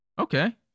Okay